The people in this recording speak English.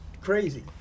crazy